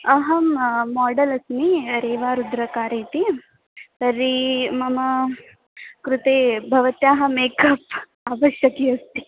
अहं मोडेल् अस्मि रेवा रुद्रकार् इति तर्हि मम कृते भवत्याः मेकप् आवश्यकी अस्ति